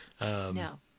No